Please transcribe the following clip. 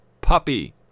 Puppy